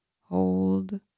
hold